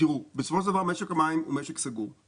בסופו של דבר משק המים הוא משק סגור.